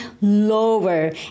lower